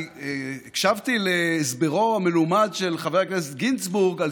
אני הקשבתי להסברו המלומד של חבר הכנסת גינזבורג על